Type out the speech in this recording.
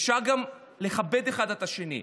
אפשר גם לכבד אחד את השני,